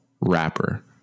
rapper